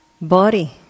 body